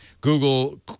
Google